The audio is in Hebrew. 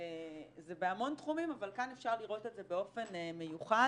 זה בהמון תחומים אבל כאן אפשר לראות את זה באופן מיוחד,